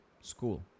school